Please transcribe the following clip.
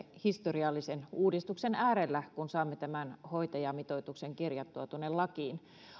historiallisen uudistuksen äärellä kun saamme tämän hoitajamitoituksen kirjattua tuonne lakiin